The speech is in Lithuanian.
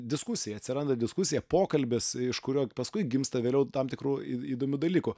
diskusija atsiranda diskusija pokalbis iš kurio paskui gimsta vėliau tam tikrų įdomių dalykų